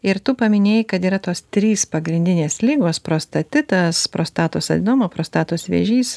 ir tu paminėjai kad yra tos trys pagrindinės ligos prostatitas prostatos adenoma prostatos vėžys